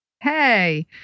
Hey